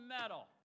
medal